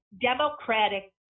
Democratic